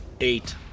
Eight